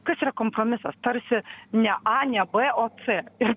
kas yra kompromisas tarsi ne a ne b o c ir